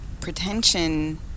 pretension